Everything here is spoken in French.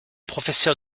professeur